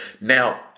Now